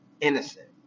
innocent